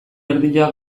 erdia